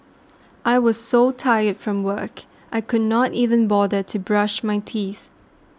I was so tired from work I could not even bother to brush my teeth